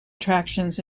attractions